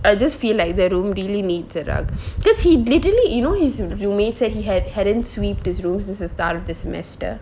I just feel like that room really needs a rug because he literally you know his roommate said he had hadn't sweep his room since the start of this semester